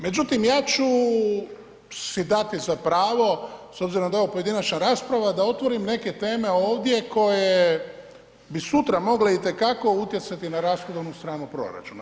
Međutim, ja ću si dati za pravo s obzirom da je ovo pojedinačna rasprava da otvorim neke teme ovdje koje bi sutra mogle itekako utjecati na rashodovnu stranu proračuna.